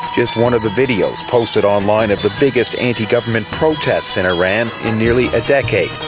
just one of the videos posted on line of the biggest anti-government protests in iran in nearly a decade.